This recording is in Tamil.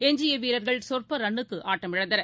எஞ்சியவீரர்கள் சொற்பரன்னுக்குஆட்டமிழந்தனர்